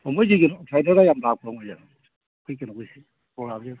ꯑꯣ ꯃꯣꯏꯁꯦ ꯑꯥꯎꯠꯁꯥꯏꯗꯔꯒ ꯌꯥꯝ ꯂꯥꯛꯄ꯭ꯔꯣ ꯃꯣꯏꯁꯦ ꯑꯈꯣꯏ ꯀꯩꯅꯣꯒꯤꯁꯦ ꯄ꯭ꯔꯣꯒ꯭ꯔꯥꯝꯒꯤꯁꯦ